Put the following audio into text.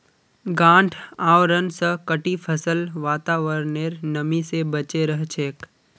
गांठ आवरण स कटी फसल वातावरनेर नमी स बचे रह छेक